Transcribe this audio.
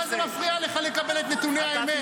מה זה מפריע לך לקבל את נתוני האמת?